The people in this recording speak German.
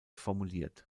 formuliert